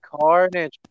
Carnage